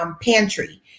pantry